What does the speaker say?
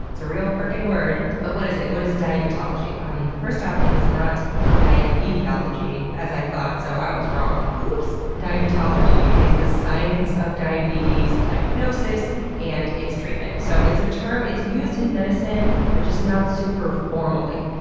a real frick'n word. but what is it? what is diabetology? um first off, it is not diabeteology as i thought, so i was wrong. oops! diabetology is the science of diabetes its diagnosis and its treatment. so it's a term, it's used in medicine, but just not super formally.